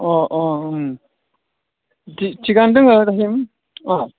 अ अ थिगानो दोङो दासिम अ